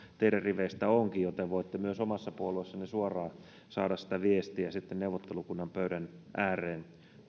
teidän riveistä onkin joten voitte myös omassa puolueessanne suoraan saada tuotua sitä viestiä neuvottelukunnan pöydän ääreen